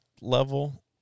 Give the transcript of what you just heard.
level